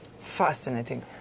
Fascinating